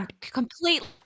completely